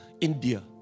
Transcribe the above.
India